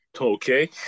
okay